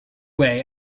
way